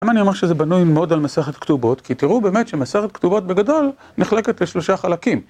למה אני אומר שזה בנוי מאוד על מסכת כתובות? כי תראו באמת שמסכת כתובות בגדול נחלקת לשלושה חלקים.